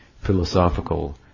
philosophical